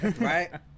Right